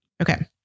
Okay